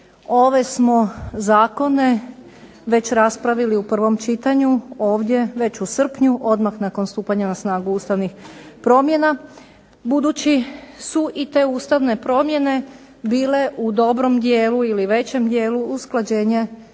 Ove smo zakone već raspravili u prvom čitanju ovdje već u srpnju, odmah nakon stupanja na snagu ustavnih promjena. Budući su i te ustavne promjene bile u dobrom dijelu ili većem dijelu usklađenje